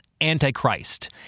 antichrist